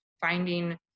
finding